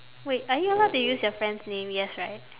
wait are you allowed to use your friend's name yes right